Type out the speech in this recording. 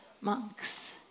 monks